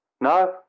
No